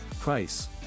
price